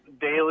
daily